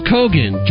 Cogan